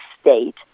state